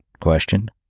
question